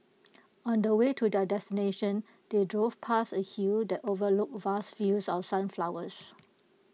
on the way to their destination they drove past A hill that overlooked vast fields of sunflowers